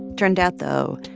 turned out, though,